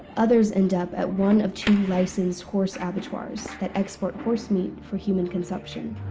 others end up at one of two licensed horse abattoirs that export horsemeat for human consumption.